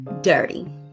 dirty